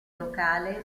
locale